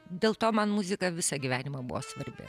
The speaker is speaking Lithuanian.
dėl to man muzika visą gyvenimą buvo svarbi